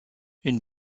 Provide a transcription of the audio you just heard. une